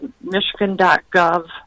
michigan.gov